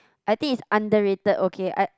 I think is underrated okay I